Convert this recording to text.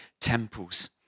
temples